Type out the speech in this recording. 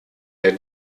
der